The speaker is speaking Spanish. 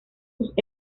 sus